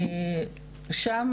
שם